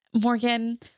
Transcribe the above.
Morgan